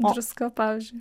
druska pavyzdžiui